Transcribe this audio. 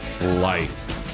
life